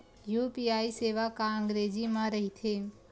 UPI सेवा का अंग्रेजी मा रहीथे?